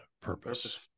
Purpose